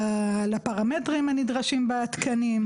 לפרמטרים הנדרשים בתקנים,